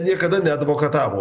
niekada neadvokatavo